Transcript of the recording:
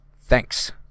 Thanks